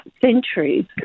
centuries